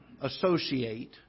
associate